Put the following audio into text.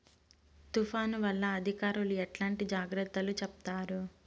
తుఫాను వల్ల అధికారులు ఎట్లాంటి జాగ్రత్తలు చెప్తారు?